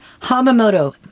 Hamamoto